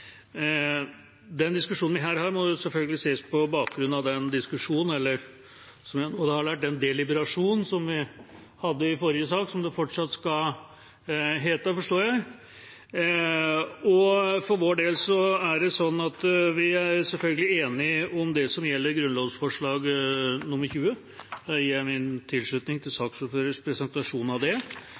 Den diskusjonen vi her har, må selvfølgelig ses på bakgrunn av den diskusjonen, eller den deliberasjonen – som det fortsatt skal hete, forstår jeg – som vi hadde i forrige sak. For vår del er det slik at vi selvfølgelig er enige om det som gjelder grunnlovsforslag nr. 20. Jeg gir min tilslutning til saksordførerens presentasjon av det.